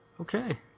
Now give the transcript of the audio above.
Okay